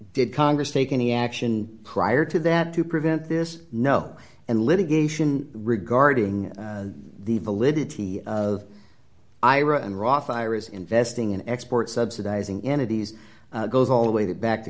did congress take any action prior to that to prevent this no and litigation regarding the validity of ira and roth ira's investing in export subsidizing entities goes all the way back to